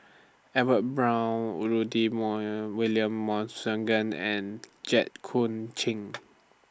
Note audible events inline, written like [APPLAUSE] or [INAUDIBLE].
Edwin Brown Rudy [UNINTELLIGIBLE] William [UNINTELLIGIBLE] and Jit Koon Ch'ng